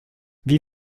wie